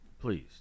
please